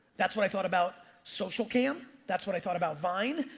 that's what i thought about social cam. that's what i thought about vine.